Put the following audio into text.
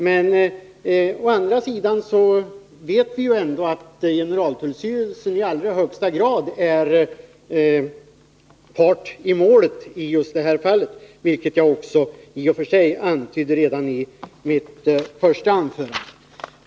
Å andra sidan vet vi ju ändå att generaltullstyrelsen i allra högsta grad är part i målet i just det här fallet, vilket jag också antydde redan i mitt första anförande.